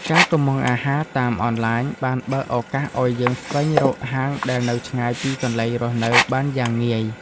ការកុម្ម៉ង់អាហារតាមអនឡាញបានបើកឱកាសឱ្យយើងស្វែងរកហាងដែលនៅឆ្ងាយពីកន្លែងរស់នៅបានយ៉ាងងាយ។